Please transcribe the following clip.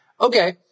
Okay